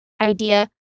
idea